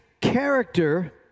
character